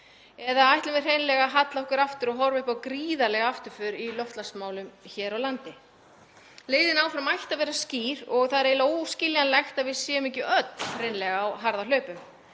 Eða ætlum við hreinlega að halla okkur aftur og horfa upp á gríðarlega afturför í loftslagsmálum hér á landi? Leiðin áfram ætti að vera skýr og það er eiginlega óskiljanlegt að við séum ekki öll hreinlega á harðahlaupum.